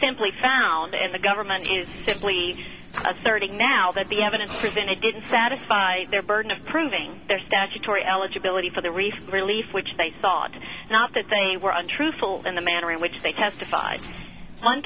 simply found and the government is simply asserting now that the evidence presented didn't satisfy their burden of proving their statutory eligibility for the reef relief which they sought not to think were untruthful in the manner in which they testified one